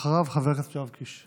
אחריו, חבר הכנסת יואב קיש.